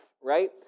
right